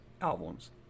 albums